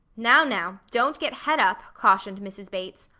now, now, don't get het up! cautioned mrs. bates.